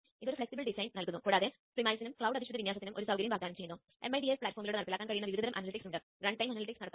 ഇത് അടിസ്ഥാനപരമായി ഈ ബ്ലോക്കാണ് ചെയ്യുന്നുവെന്ന് നമുക്ക് പറയാം